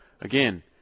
again